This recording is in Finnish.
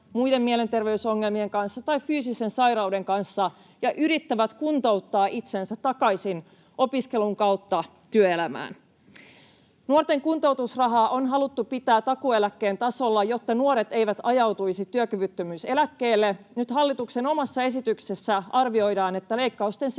muiden mielenterveysongelmien kanssa tai fyysisen sairauden kanssa ja yrittävät kuntouttaa itsensä takaisin opiskelun kautta työelämään. Nuorten kuntoutusraha on haluttu pitää takuueläkkeen tasolla, jotta nuoret eivät ajautuisi työkyvyttömyyseläkkeelle. Nyt hallituksen omassa esityksessä arvioidaan, että leikkausten